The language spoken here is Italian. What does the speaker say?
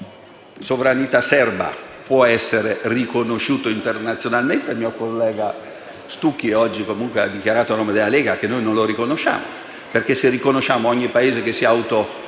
di sovranità serba può essere riconosciuto internazionalmente, anche se il mio collega Stucchi oggi ha dichiarato, a nome della Lega, che noi non lo riconosciamo perché, se riconosciamo ogni Paese che si autoproclama